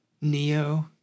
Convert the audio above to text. Neo